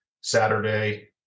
Saturday